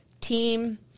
team